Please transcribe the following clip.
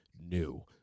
new